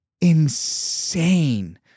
insane